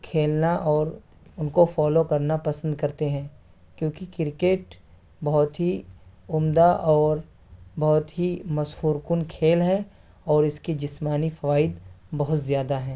کھیلنا اور ان کو فالو کرنا پسند کرتے ہیں کیونکہ کرکٹ بہت ہی عمدہ اور بہت ہی مشہور کن کھیل ہے اور اس کی جسمانی فوائد بہت زیادہ ہیں